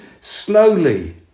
slowly